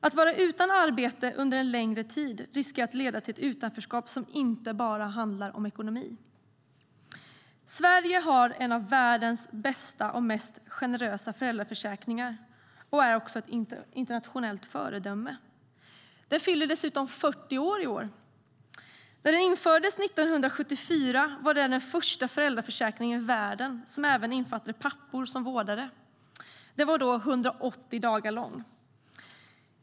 Att vara utan arbete under en längre tid riskerar att leda till ett utanförskap som inte bara handlar om ekonomi. Sverige har en av världens bästa och mest generösa föräldraförsäkringar och är också ett internationellt föredöme. Försäkringen fyller dessutom 40 år i år. Den var, när den infördes 1974, den första föräldraförsäkringen i världen som innefattade pappor som vårdare. Den var då 180 dagar lång.